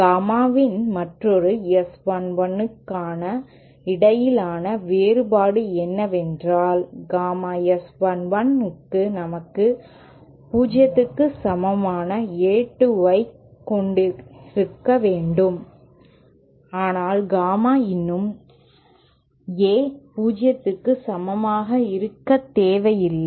gamma இன் மற்றும் S 1 1க்கான இடையிலான வேறுபாடு என்னவென்றால் காமா S 1 1 க்கு நாம் 0 க்கு சமமான A 2 ஐ கொண்டிருக்க வேண்டும் ஆனால் காமா இன்னும் A 0 க்கு சமமாக இருக்கத்தேவையில்லை